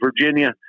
Virginia